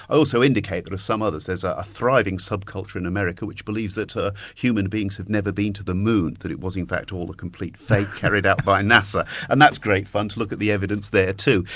i also indicate that of some others, there's a a thriving sub-culture in america, which believes that human beings have never been to the moon, that it was in fact all a complete fake carried out by nasa. and that's great fun to look at the evidence there too.